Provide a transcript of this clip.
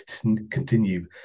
continue